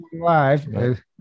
live